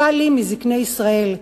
אספה לי מזקני ישראל,